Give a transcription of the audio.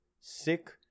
sick